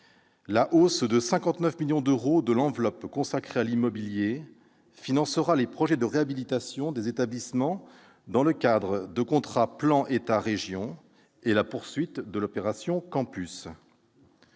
la hausse de 59 millions d'euros de l'enveloppe consacrée à l'immobilier permettra de financer les projets de réhabilitation des établissements, dans le cadre de contrats de plan État-régions, et la poursuite de l'opération Campus,